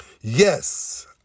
Yes